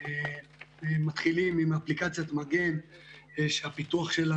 ומתחילים עם אפליקציית מגן שהפיתוח שלה